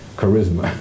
charisma